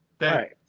Right